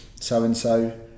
so-and-so